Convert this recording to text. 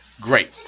Great